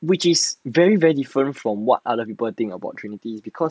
which is very very different from what other people think about trinity is because